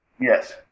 Yes